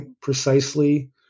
precisely